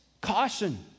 Caution